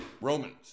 Romans